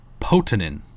Potanin